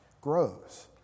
grows